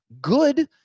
good